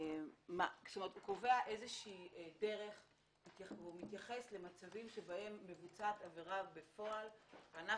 קובע איזושהי דרך ומתייחס למצבים בהם מבוצעת עבירה בפועל ואנחנו,